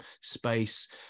space